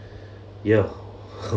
ya